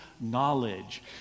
knowledge